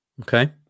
Okay